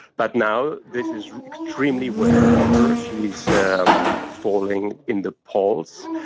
but now this is extremely wearing at her. she is falling in the polls,